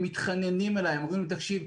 הם מתחננים אליי ואומרים לי: תקשיב,